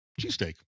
cheesesteak